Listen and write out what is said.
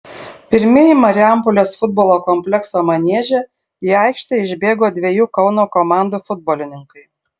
pirmieji marijampolės futbolo komplekso manieže į aikštę išbėgo dviejų kauno komandų futbolininkai